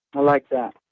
i like that.